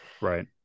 right